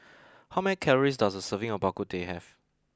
how many calories does a serving of Bak Kut Teh have